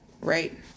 right